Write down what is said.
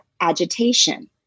Agitation